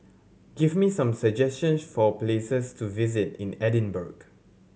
give me some suggestions for places to visit in Edinburgh